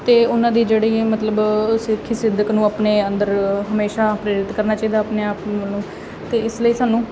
ਅਤੇ ਉਹਨਾਂ ਦੀ ਜਿਹੜੀ ਮਤਲਬ ਸਿੱਖੀ ਸਿਦਕ ਨੂੰ ਆਪਣੇ ਅੰਦਰ ਹਮੇਸ਼ਾ ਪ੍ਰੇਰਿਤ ਕਰਨਾ ਚਾਹੀਦਾ ਆਪਣੇ ਆਪ ਨੂੰ ਅਤੇ ਇਸ ਲਈ ਸਾਨੂੰ